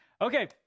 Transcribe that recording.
Okay